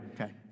Okay